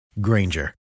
Granger